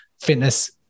fitness